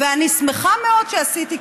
ואני שמחה מאוד שעשיתי כך,